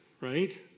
right